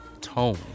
tone